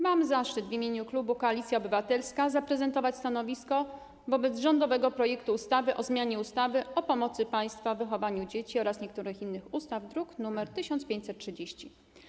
Mam zaszczyt w imieniu klubu Koalicja Obywatelska zaprezentować stanowisko wobec rządowego projektu ustawy o zmianie ustawy o pomocy państwa w wychowaniu dzieci oraz niektórych innych ustaw, druk nr 1530.